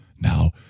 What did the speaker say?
now